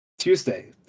Tuesday